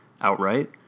outright